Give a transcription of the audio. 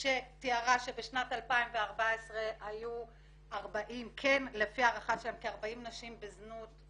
שתיארה שבשנת 2014 היו לפי הערכה שלהם 40 נשים בזנות,